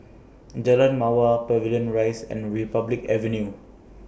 Jalan Mawar Pavilion Rise and Republic Avenue